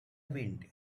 wind